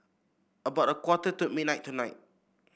about a quarter to midnight tonight